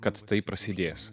kad tai prasidės